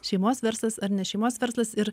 šeimos verslas ar ne šeimos verslas ir